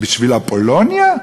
בשביל אפולוניה?